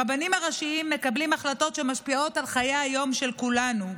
הרבנים הראשיים מקבלים החלטות שמשפיעות על חיי היום-יום של כולנו,